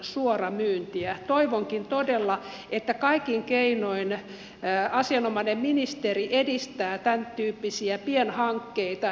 toivonkin todella että kaikin keinoin asianomainen ministeri edistää tämäntyyppisiä pienhankkeita